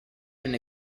been